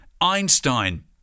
Einstein